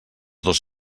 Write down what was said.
dos